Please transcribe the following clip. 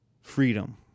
freedom